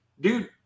Dude